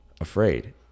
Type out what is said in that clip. afraid